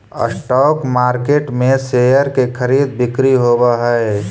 stock market में share के खरीद बिक्री होवऽ हइ